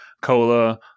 cola